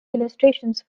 illustrations